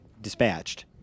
dispatched